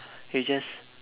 he just